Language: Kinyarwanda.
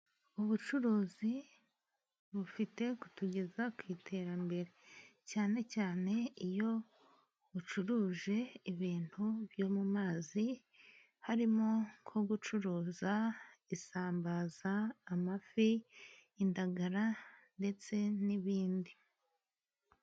Ubucuruzi bufite kutugeza ku iterambere, cyane cyane iyo ucuruje ibintu byo mu mazi, harimo nko gucuruza isambaza, amafi, indagara ndetse n'ibindi.